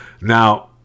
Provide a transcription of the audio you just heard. Now